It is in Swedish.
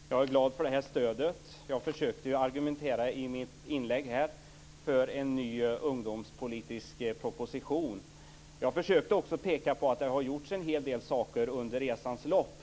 Fru talman! Jag är glad för det stödet. Jag försökte argumentera i mitt inlägg för en ny ungdomspolitisk proposition. Jag försökte också peka på att det har gjorts en hel del saker under resans lopp.